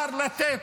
אי-אפשר לתת